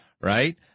right